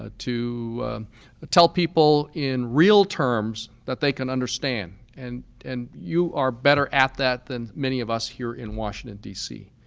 ah to tell people in real terms that they can understand and and you are better at that than many of us here in washington, d c.